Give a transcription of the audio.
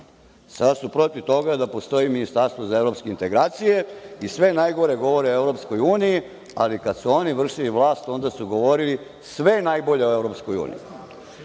Sada su protiv toga da postoji ministarstvo za evropske integracije i sve najgore govore o EU, ali kada su oni vršili vlast, onda su govorili sve najbolje o EU.Tako ću